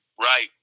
Right